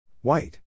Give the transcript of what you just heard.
White